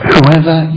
Whoever